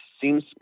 seems